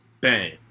Bang